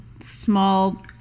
small